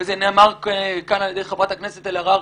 וזה נאמר כאן על ידי חברת הכנסת אלהרר